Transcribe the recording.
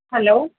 hello